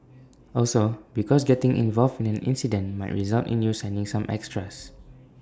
also because getting involved in an incident might result in you signing some extras